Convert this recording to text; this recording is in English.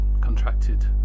contracted